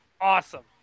awesome